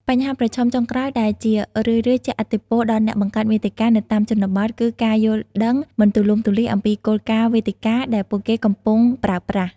បញ្ហាប្រឈមចុងក្រោយដែលជារឿយៗជះឥទ្ធិពលដល់អ្នកបង្កើតមាតិកានៅតាមជនបទ គឺ ការយល់ដឹងមិនទូលំទូលាយអំពីគោលការណ៍វេទិកាដែលពួកគេកំពុងប្រើប្រាស់។